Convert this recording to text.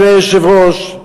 אדוני היושב-ראש,